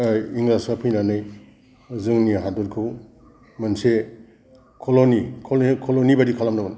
इंराजआ फैनानै जोंनि हाददखौ मोनसे कल'नि कल'नि बायदि खालामदोंमोन